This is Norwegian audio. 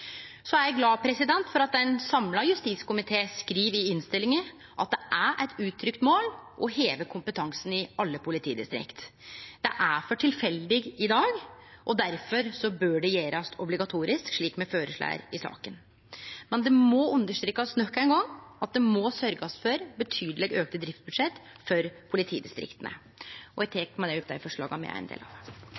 Eg er glad for at ein samla justiskomité skriv i innstillinga at det er eit uttrykt mål å heve kompetansen i alle politidistrikt. Det er for tilfeldig i dag, og difor bør det bli gjort obligatorisk, slik me føreslår i saka. Men det må nok ein gong understrekast at det må sørgjast for betydeleg auka driftsbudsjett for politidistrikta. Eg tek med det opp det forslaget me er ein del av.